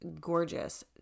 gorgeous